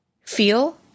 feel